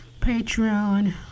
Patreon